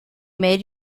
made